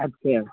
اچھا